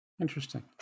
Interesting